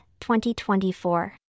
2024